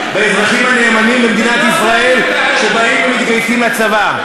באזרחים הנאמנים למדינת ישראל שבאים ומתגייסים לצבא.